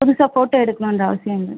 புதுசாக ஃபோட்டோ எடுக்கணுன்ற அவசியம் இல்லை